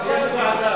אבל יש ועדה,